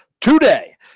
Today